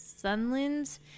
Sunlands